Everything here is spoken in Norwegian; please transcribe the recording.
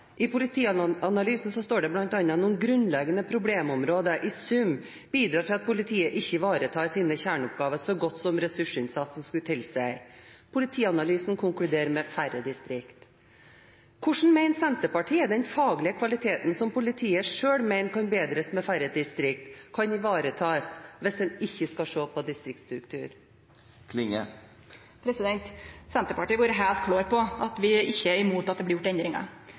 i politi og beredskapen. I Politianalysen er det bl.a. noen grunnleggende problemområder som i sum bidrar til at politiet ikke ivaretar sine kjerneoppgaver så godt som ressursinnsatsen skulle tilsi. Politianalysen konkluderer med færre distrikter. Hvordan mener Senterpartiet den faglige kvaliteten som politiet selv mener kan bedres med færre distrikter, kan ivaretas hvis en ikke skal se på distriktsstrukturen? Senterpartiet har vore heilt klar på at vi ikkje er imot at det blir gjort